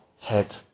head